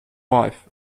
wife